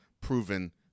proven